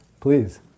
Please